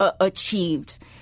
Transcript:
achieved